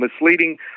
misleading